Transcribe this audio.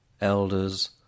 elders